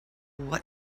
what